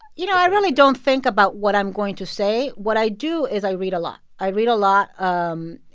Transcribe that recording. you know, i really don't think about what i'm going to say. what i do is i read a lot. i read a lot um